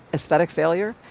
aesthetic failure.